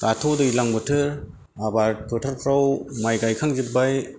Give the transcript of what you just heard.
दाथ' दैज्लां बोथोर आबाद फोथारफ्राव माइ गायखांजोब्बाय